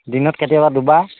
দিনত কেতিয়াবা দুবাৰ